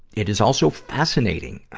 it is also fascinating.